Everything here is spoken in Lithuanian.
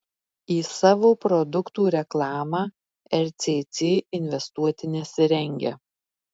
į savo produktų reklamą rcc investuoti nesirengia